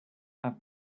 have